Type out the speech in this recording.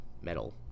Metal